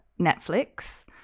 Netflix